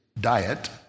diet